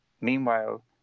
Meanwhile